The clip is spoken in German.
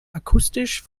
akustisch